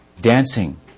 dancing